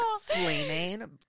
flaming